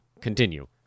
Continue